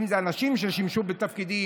אם אלה אנשים ששימשו בתפקידים,